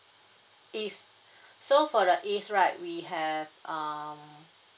east so for the east right we have um